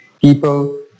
people